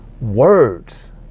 words